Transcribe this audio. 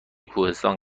کوهستان